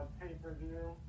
pay-per-view